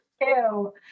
Ew